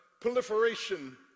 Proliferation